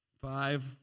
Five